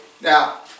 now